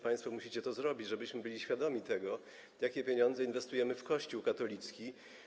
Państwo musicie to zrobić, żebyście byli świadomi tego, jakie pieniądze inwestujemy w Kościół katolicki.